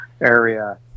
area